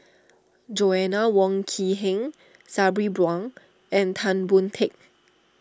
Joanna Wong Quee Heng Sabri Buang and Tan Boon Teik